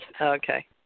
Okay